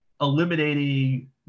eliminating